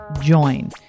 join